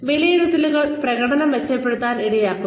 വിലയിരുത്തലുകൾ പ്രകടനം മെച്ചപ്പെടുത്താൻ ഇടയാക്കും